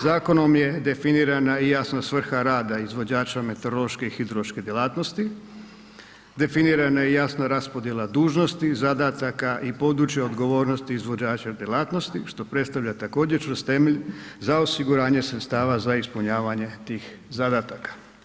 Zakonom je definirana i jasna svrha rada izvođača meteorološke i hidrološke djelatnosti, definirana je i jasna raspodjela dužnosti, zadataka i područje odgovornosti izvođača djelatnosti što predstavlja također čvrst temelj za osiguranje sredstava za ispunjavanje tih zadataka.